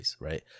right